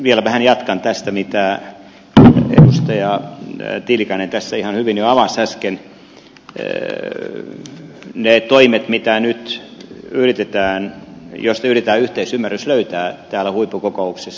vielä vähän jatkan tästä mitä edustaja tiilikainen tässä ihan hyvin jo avasi äsken niistä toimista joista nyt yritetään yhteisymmärrys löytää täällä huippukokouksessa